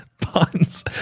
puns